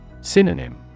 Synonym